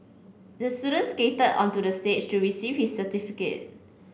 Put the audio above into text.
the student skated onto the stage to receive his certificate